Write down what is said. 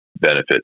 benefit